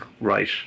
right